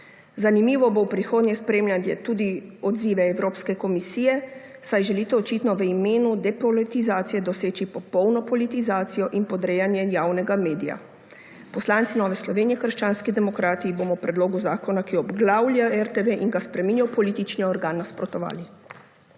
Zanimivo bo v prihodnje spremljati tudi odzive Evropske komisije, saj želite očitno v imenu depolitizacije doseči popolno politizacijo in podrejanje javnega medija. Poslanci Nove Slovenije − krščanski demokrati bomo predlogu zakona, ki obglavlja RTV in ga spreminja v politični organ, nasprotovali.